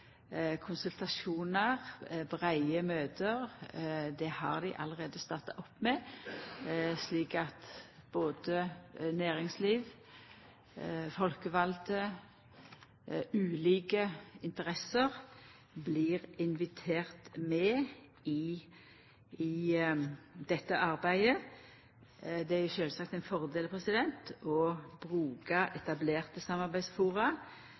konsultasjonar, breie møte – det har dei allereie starta opp med, slik at næringsliv, folkevalde, ulike interesser, blir inviterte med i dette arbeidet. Det er jo sjølvsagt ein fordel å bruka etablerte samarbeidsfora,